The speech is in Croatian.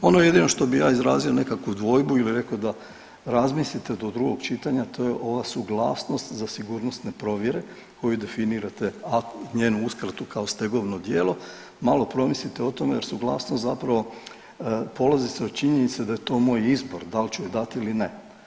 Ono što bi jedino ja izrazio nekakvu dvojbu ili rekao da razmislite do drugog čitanja to je ova suglasnost za sigurnosne provjere koju definirate, njenu uskratu kao stegovno djelo, malo promislite o tome jer suglasnost zapravo polazi se od činjenice da je to moj izbor dal ću je dat ili ne.